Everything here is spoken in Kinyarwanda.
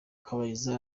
kabayiza